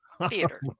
theater